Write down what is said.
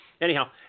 Anyhow